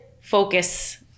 focus